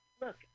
Look